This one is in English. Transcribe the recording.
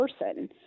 person